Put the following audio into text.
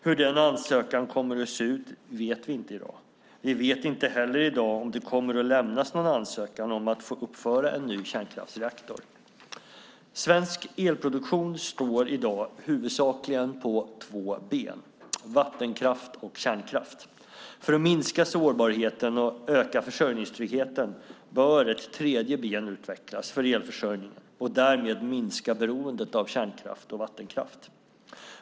Hur den ansökan kommer att se ut vet vi inte i dag. Vi vet inte heller i dag om det kommer att lämnas någon ansökan om att få uppföra en ny kärnkraftsreaktor. Svensk elproduktion står i dag huvudsakligen på två ben - vattenkraft och kärnkraft. För att minska sårbarheten och öka försörjningstryggheten bör ett tredje ben utvecklas för elförsörjningen och därmed minska beroendet av kärnkraft och vattenkraft.